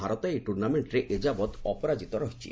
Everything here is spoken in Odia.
ଭାରତ ଏହି ଟୂର୍ଣ୍ଣାମେଣ୍ଟରେ ଏଯାବତ୍ ଅପରାଜିତ ରହିଛି